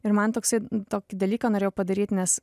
ir man toksai tokį dalyką norėjau padaryt nes